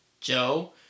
Joe